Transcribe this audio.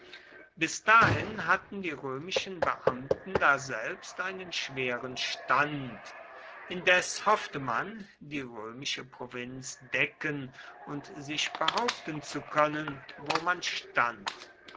bis dahin hatten die römischen beamten daselbst einen schweren stand indes hoffte man die römische provinz decken und sich behaupten zu können wo man stand